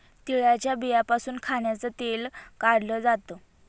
तिळाच्या बियांपासून खाण्याचं तेल काढल जात